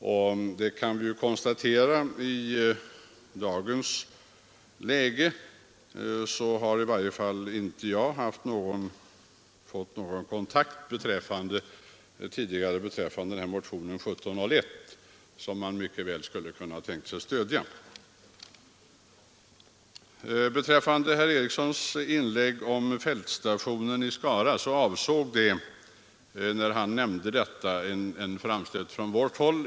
Jag kan nu också konstatera att i varje fall inte jag kontaktats tidigare rörande motionen 1701 från socialdemokraterna, vilken motion jag mycket väl hade kunnat stödja och skriva på. Herr Eriksson i Arvika berörde sedan i sitt anförande fältstationen i Skara och nämnde då en framstöt beträffande denna från vårt håll.